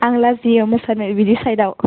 आं लाजियो मोसानो बिदि साइदाव